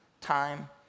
time